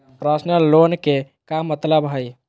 Personal loan के का मतलब हई?